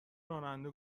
راننده